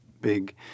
big